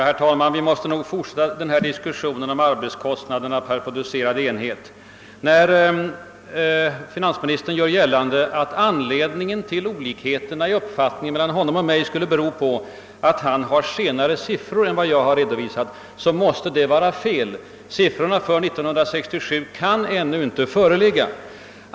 Herr talman! Vi måste tydligen fortsätta diskussionen om arbetskostnaderna per producerad enhet. Finansministerns påstående, att anledningen till olikheterna i uppfattning hos honom och mig skulle bero på att han har senare siffror än jag redovisade, måste vara felaktigt. Siffrorna för 1967 kan ännu inte föreligga.